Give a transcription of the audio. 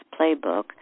Playbook